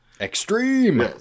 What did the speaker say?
extreme